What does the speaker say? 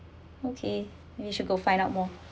okay we should go find out more